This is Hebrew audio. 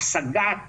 השגת